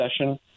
session